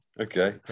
okay